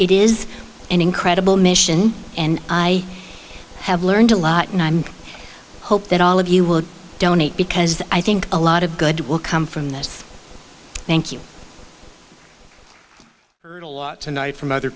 it is an incredible mission and i have learned a lot and i'm hope that all of you will donate because i think a lot of good will come from this thank you heard a lot tonight from other